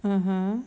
mmhmm